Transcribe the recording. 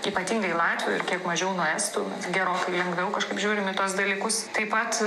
ypatingai latvių ir kiek mažiau nuo estų gerokai lengviau kažkaip žiūrim į tuos dalykus taip pat